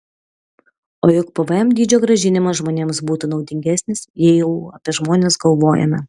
o juk pvm dydžio grąžinimas žmonėms būtų naudingesnis jei jau apie žmones galvojame